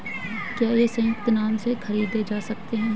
क्या ये संयुक्त नाम से खरीदे जा सकते हैं?